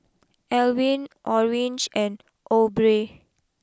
Elwin Orange and Aubrey